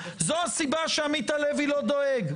זאת הסיבה שעמית הלוי לא דואג,